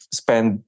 spend